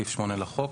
סעיף 8 לחוק.